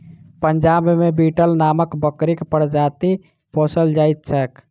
पंजाब मे बीटल नामक बकरीक प्रजाति पोसल जाइत छैक